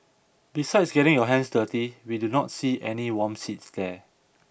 besides getting your hands dirty we do not see any warm seats there